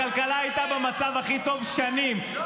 הכלכלה הייתה במצב הכי טוב שנים,